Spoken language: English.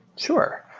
sure.